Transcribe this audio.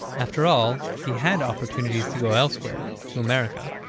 after all, he had opportunities to go elsewhere, to america.